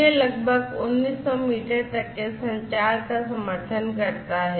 यह लगभग 1900 मीटर तक के संचार का समर्थन करता है